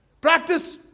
practice